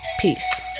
Peace